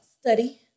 study